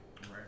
Right